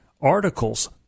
articles